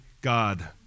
God